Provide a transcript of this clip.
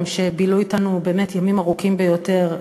שבילו אתנו באמת ימים ארוכים ביותר.